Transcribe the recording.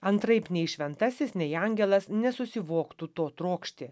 antraip nei šventasis nei angelas nesusivoktų to trokšti